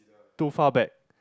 too far back